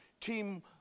team